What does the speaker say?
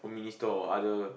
minister or other